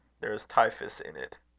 there is typhus in it.